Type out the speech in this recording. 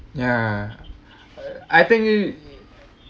ya I think